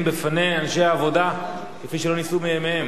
בפי אנשי העבודה כפי שלא נישאו מימיהם.